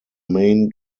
main